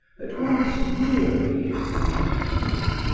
at once weary and cunning.